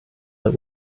that